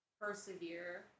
persevere